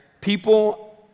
people